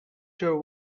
sure